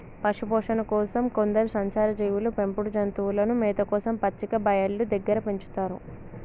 పశుపోషణ కోసం కొందరు సంచార జీవులు పెంపుడు జంతువులను మేత కోసం పచ్చిక బయళ్ళు దగ్గర పెంచుతారు